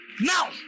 Now